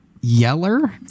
yeller